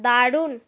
দারুণ